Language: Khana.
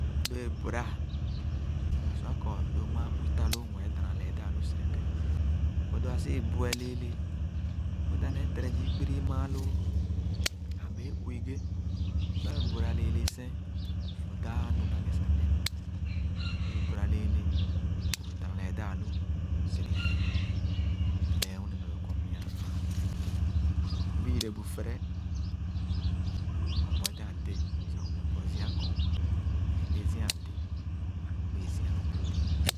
Lo é buera, õ sua kɔr lo mããn uwi ta loo wee dána lee daa-lu sere kèn"but” lo a sii bue lẽẽle, õ dãp nee tere zii kpirii mããr loo, a bẽẽ uwi ghe. Sor é buera lẽẽle sẽn, õ dãã nu na ghe sah ep, lo é buera lẽẽle, õ dãnã lee dãã-lu sere kẽn, õ lee wini nu doo kɔr mya á ããlõõ. Õ ibi yere bu fere õ bueten ádè sah õ mue kɔr zia kɔɔn meh ee le zia àdẽ, akpe zia. ãde.